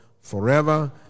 forever